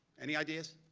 any ideas?